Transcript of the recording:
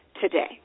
today